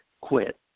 quit